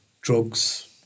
drugs